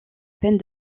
peine